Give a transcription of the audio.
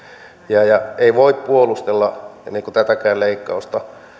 ja ja ei voi puolustella tätäkään leikkausta